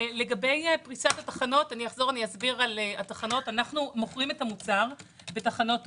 לגבי פריסת התחנות אנחנו מוכרים את המוצר בתחנות טוטו.